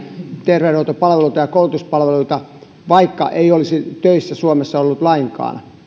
terveydenhoitopalveluita ja koulutuspalveluita vaikka eivät olisi töissä suomessa olleet lainkaan